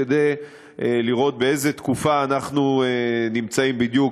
כדי לראות באיזו תקופה אנחנו נמצאים בדיוק,